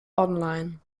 online